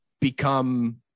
become